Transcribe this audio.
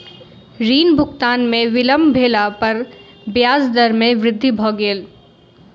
ऋण भुगतान में विलम्ब भेला पर ब्याज दर में वृद्धि भ गेल